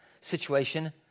situation